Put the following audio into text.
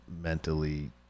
mentally